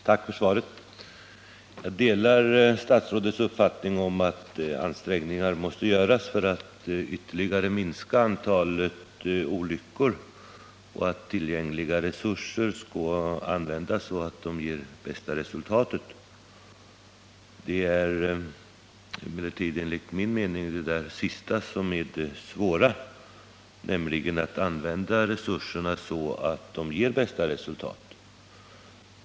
Herr talman! Tack för svaret. Jag delar statsrådets uppfattning om att ansträngningar måste göras för att ytterligare minska antalet olyckor och att tillgängliga resurser skall användas så att de ger det bästa resultatet. Det är emellertid enligt min mening det sistnämnda som är det svåra, nämligen att använda resurserna så att de också ger det bästa resultatet.